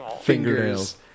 Fingernails